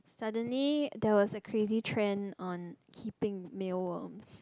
suddenly there was a crazy trend on keeping mealworms